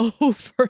over